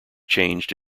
changed